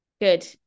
Good